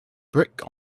brick